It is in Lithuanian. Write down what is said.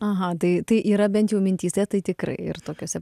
aha tai tai yra bent jau mintyse tai tikrai ir tokiose